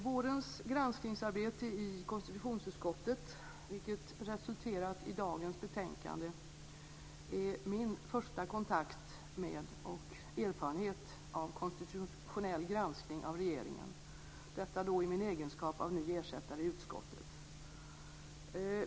Vårens granskningsarbete i konstitutionsutskottet, vilket resulterat i dagens betänkande, är min första kontakt med och erfarenhet av konstitutionell granskning av regeringen, detta i min egenskap av ny ersättare i utskottet.